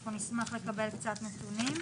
אנחנו נשמח לקבל קצת נתונים.